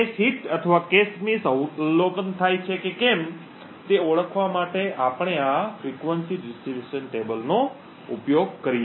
Cache hit અથવા cache miss અવલોકન થાય છે કે કેમ તે ઓળખવા માટે આપણે આ આવર્તન વિતરણ કોષ્ટકો નો ઉપયોગ કરીએ છીએ